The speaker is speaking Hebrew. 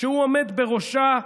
כשהוא עומד בראשה,